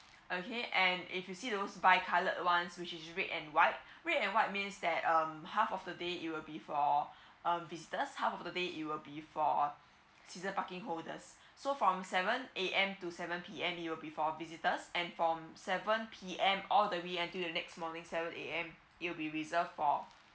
okay and if you see those bi colored ones which is red and white red and white means that um half of the day it will be for um visitors half of the day it will be for season parking holders so from seven A_M to seven P_M it'll be for visitors and from seven P_M all the way until the next morning seven A_M it will be reserved for